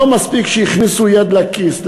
לא מספיק שהכניסו יד לכיס,